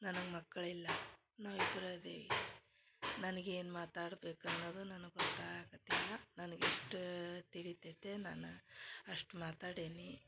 ನನಗ ಮಕ್ಕಳಿಲ್ಲ ನಾವಿಬ್ರ ಅದೇವಿ ನನಗೇನು ಮಾತಾಡ್ಬೇಕು ಅನ್ನೋದು ನನಗ ಗೊತ್ತಾಗಕತ್ತಿಲ್ಲ ನನಗ ಇಷ್ಟ ತಿಳಿತೈತೆ ನಾನು ಅಷ್ಟು ಮಾತಾಡೇನಿ